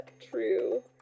true